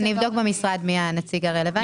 אני אבדוק במשרד מי הנציג הרלוונטי.